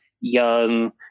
young